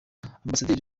ambasaderi